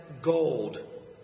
gold